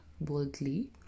boldly